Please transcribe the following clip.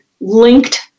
linked